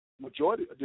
Majority